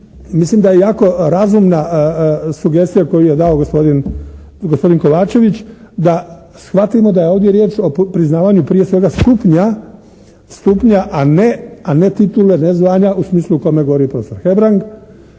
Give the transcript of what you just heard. Mislim da je jako razumna sugestija koju je dao gospodin Kovačević, da shvatimo da je ovdje riječ o priznavanju prije svega stupnja a ne titule, ne zvanja o kome govori profesor Hebrang,